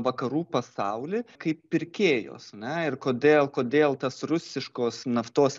vakarų pasaulį kaip pirkėjos ne ir kodėl kodėl tas rusiškos naftos